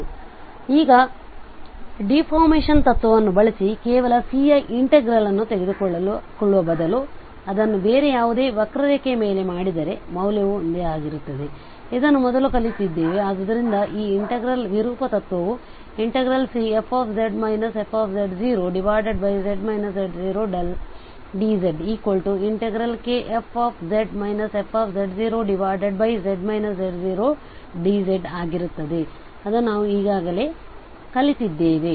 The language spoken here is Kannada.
ಆದ್ದರಿಂದ ಈಗ ವಿರೂಪತೆಯ ತತ್ವವನ್ನು ಬಳಸಿ ಕೇವಲ C ಯ ಇನ್ಟೆಗ್ರಲ್ ಅನ್ನು ತೆಗೆದುಕೊಳ್ಳುವ ಬದಲು ನಾವು ಅದನ್ನು ಬೇರೆ ಯಾವುದೇ ವಕ್ರರೇಖೆಯ ಮೇಲೂ ಮಾಡಿದರೆ ಮೌಲ್ಯವು ಒಂದೇ ಆಗಿರುತ್ತದೆ ಇದನ್ನು ಮೊದಲು ಕಲಿತ್ತಿದ್ದೇವೆ ಆದ್ದರಿಂದ ಆ ಇನ್ಟೆಗ್ರಲ್ ವಿರೂಪ ತತ್ವವು Cfz fz z0dz Kfz fz z0dzಆಗಿರುತ್ತದೆ ಅದನ್ನು ನಾವು ಈಗಾಗಲೇ ಕಲಿತಿದ್ದೇವೆ